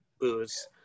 booze